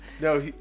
No